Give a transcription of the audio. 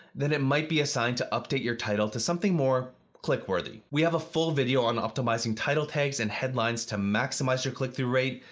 then it might be a sign to update your title to something more click-worthy. we have a full video on optimizing title tags and headlines to maximize your click-through rate,